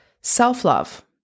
Self-love